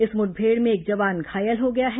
इस मुठभेड़ में एक जवान घायल हो गया है